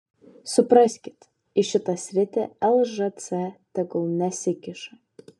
supraskit į šitą sritį lžc tegul nesikiša